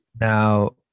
now